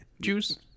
juice